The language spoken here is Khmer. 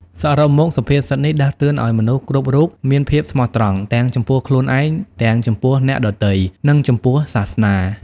សរុបមកសុភាសិតនេះដាស់តឿនឱ្យមនុស្សគ្រប់រូបមានភាពស្មោះត្រង់ ទាំងចំពោះខ្លួនឯង ទាំងចំពោះអ្នកដទៃ និងចំពោះសាសនា។